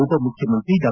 ಉಪ ಮುಖ್ಯಮಂತ್ರಿ ಡಾ